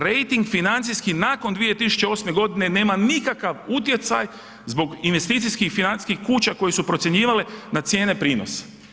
Rejting financijski nakon 2008. godine nema nikakav utjecaj zbog investicijskih financijskih kuća koje su procjenjivale na cijene prinosa.